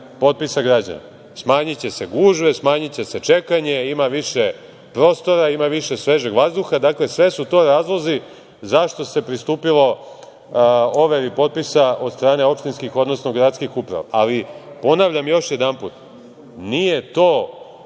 potpisa građana. Smanjiće se gužve, smanjiće se čekanje, ima više prostora, ima više svežeg vazduha. Dakle, sve su to razlozi zašto se pristupilo overi potpisa od strane opštinskih, odnosno gradskih uprava. Ali, ponavljam još jedanput, nije to